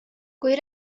kui